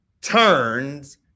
turns